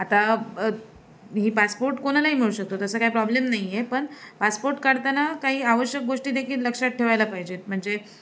आता ही पासपोर्ट कोणालाही मिळू शकतो तसा काही प्रॉब्लेम नाही आहे पण पासपोर्ट काढताना काही आवश्यक गोष्टीदेखील लक्षात ठेवायला पाहिजेत म्हणजे